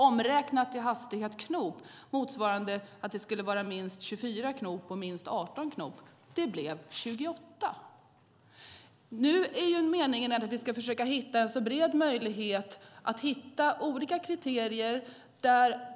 Omräknat i hastighetsknop skulle det motsvara minst 24 knop och minst 18 knop. Det blev 28. Nu är meningen att vi brett ska försöka hitta olika kriterier.